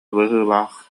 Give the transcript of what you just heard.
быһыылаах